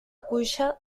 cuixa